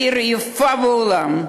העיר היפה בעולם,